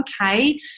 okay